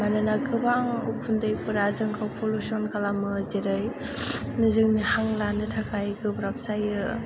मानोना गोबां उखुन्दैफोरा जोंखौ पलुशन खालामो जेरै जोंनि हां लानो थाखाय गोब्राब जायो